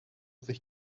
sich